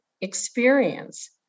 experience